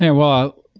yeah well,